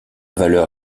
valeur